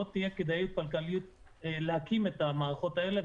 לא תהיה כדאיות כלכלית להקים את המערכות האלה.